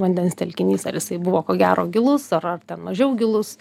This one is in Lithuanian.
vandens telkinys ar jisai buvo ko gero gilus ar ar ten mažiau gilus